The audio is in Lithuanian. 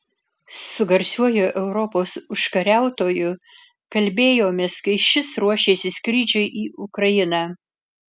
su garsiuoju europos užkariautoju kalbėjomės kai šis ruošėsi skrydžiui į ukrainą